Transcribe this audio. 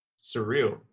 Surreal